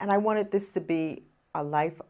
and i wanted this to be a life